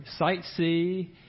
sightsee